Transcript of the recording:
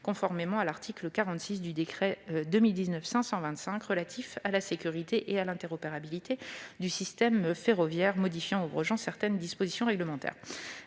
conformément à l'article 46 du décret n° 2019-525 relatif à la sécurité et à l'interopérabilité du système ferroviaire et modifiant ou abrogeant certaines dispositions réglementaires.